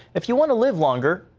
if you want to live longer,